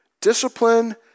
Discipline